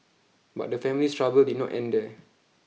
but the family's trouble did not end there